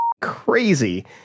crazy